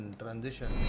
transition